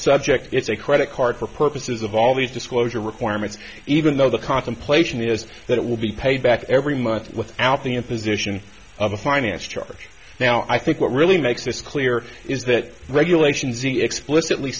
subject it's a credit card for purposes of all these disclosure requirements even though the contemplation is that it will be paid back every month without the imposition of a finance charge now i think what really makes this clear is that regulations e explicitly